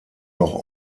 noch